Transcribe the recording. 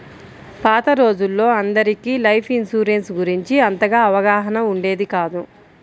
పాత రోజుల్లో అందరికీ లైఫ్ ఇన్సూరెన్స్ గురించి అంతగా అవగాహన ఉండేది కాదు